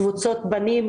קבוצות בנים,